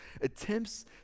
attempts